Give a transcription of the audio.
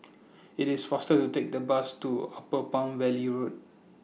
IT IS faster to Take The Bus to Upper Palm Valley Road